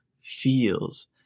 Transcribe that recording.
feels